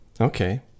Okay